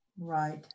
Right